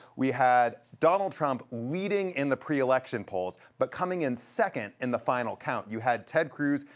we had donald trump leading in the pre-election polls but coming in second in the final count. you had ted cruz,